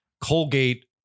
Colgate